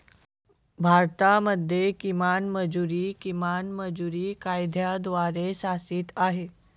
भारतामध्ये किमान मजुरी, किमान मजुरी कायद्याद्वारे शासित आहे